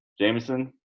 Jameson